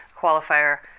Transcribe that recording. qualifier